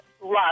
love